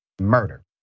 murder